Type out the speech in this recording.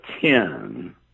ten